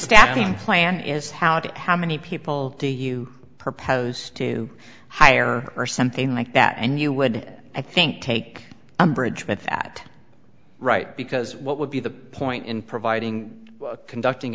staffing plan as how to how many people do you propose to hire or something like that and you would i think take umbrage with that right because what would be the point in providing a conducting